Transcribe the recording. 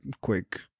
quick